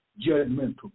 judgmental